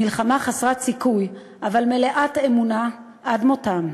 מלחמה חסרת סיכוי אבל מלאת אמונה עד מותם.